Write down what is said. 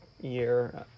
year